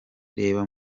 reba